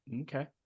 Okay